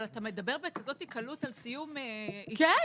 אבל אתה מדבר בכזאת קלות על סיום התקשרות.